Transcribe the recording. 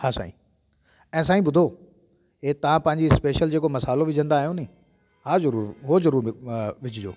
हा साईं ऐं साईं ॿुधो ही तव्हां पंहिंजी जेको स्पेशल मसालो विझंदा आहियो नी हा ज़रूर हूअ ज़रूर विझिजो